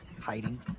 Hiding